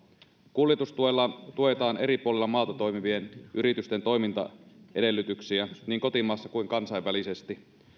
kuljetustuella tuetaan eri puolilla maata toimivien yritysten toimintaedellytyksiä niin kotimaassa kuin kansainvälisesti